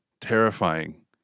terrifying